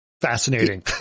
Fascinating